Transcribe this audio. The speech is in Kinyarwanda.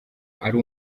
ari